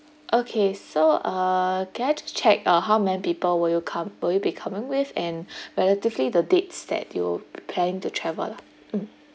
okay so uh can I just check uh how many people will come will you be coming with and relatively the dates that you plan to travel lah